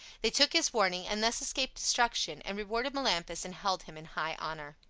they took his warning, and thus escaped destruction, and rewarded melampus and held him in high honor.